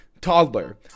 toddler